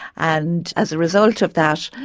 and as a result of that,